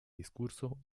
discurso